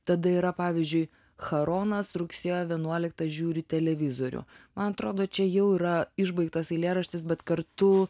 tada yra pavyzdžiui charonas rugsėjo vienuoliktą žiūri televizorių man atrodo čia jau yra išbaigtas eilėraštis bet kartu